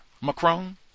Macron